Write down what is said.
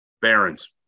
Barons